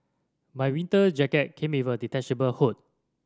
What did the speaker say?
my winter jacket came with a detachable hood